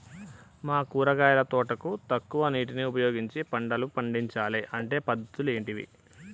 మా కూరగాయల తోటకు తక్కువ నీటిని ఉపయోగించి పంటలు పండించాలే అంటే పద్ధతులు ఏంటివి?